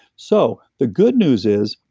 so the good news is,